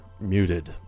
muted